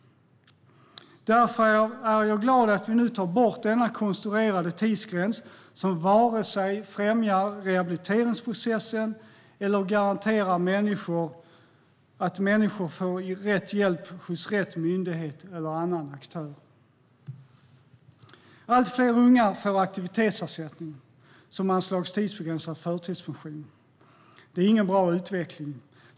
Därför är jag glad att vi nu tar bort denna konstruerade tidsgräns som vare sig främjar rehabiliteringsprocessen eller garanterar att människor får rätt hjälp hos rätt myndighet eller annan aktör. Allt fler unga får aktivitetsersättning, som är ett slags tidsbegränsad förtidspension. Det är ingen bra utveckling.